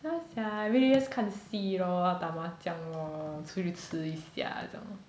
ya sia I really just 看戏 lor 打麻将 lor 出去吃一下这样 lor